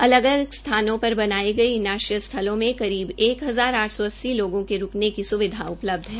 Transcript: अलग अलग स्थानों पर बनाये गए इन आश्रय स्थलों में करीब एक हजार आठ सौ अस्सी लोगों के रूकने की स्विधा उपलब्ध है